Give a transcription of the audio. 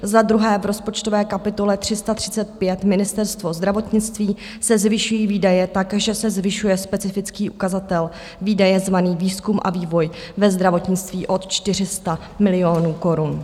Za druhé, v rozpočtové kapitole 335, Ministerstvo zdravotnictví, se zvyšují výdaje tak, že se zvyšuje specifický ukazatel Výdaje zvaný Výzkum a vývoj ve zdravotnictví o 400 milionů korun.